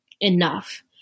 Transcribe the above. enough